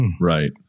Right